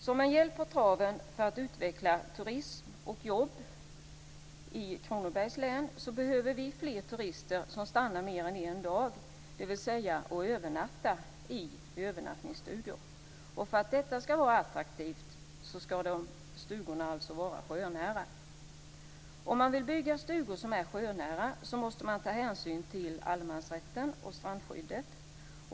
Som en hjälp på traven för att utveckla turism och jobb i Kronobergs län behöver vi fler turister som stannar mer än en dag, dvs. övernattar i övernattningsstugor. För att detta skall vara attraktivt skall stugorna alltså vara sjönära. Om man vill bygga stugor som är sjönära måste man ta hänsyn till allemansrätten och strandskyddet.